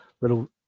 little